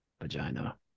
vagina